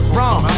Wrong